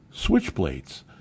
switchblades